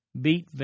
beat